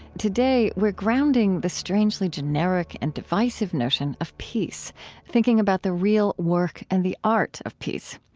today we're grounding the strangely generic and divisive notion of peace thinking about the real work and the art of peace.